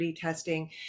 testing